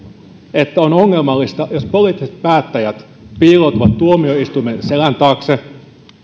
että on ongelmallista jos poliittiset päättäjät piiloutuvat tuomioistuimen selän taakse ja